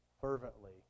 fervently